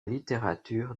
littérature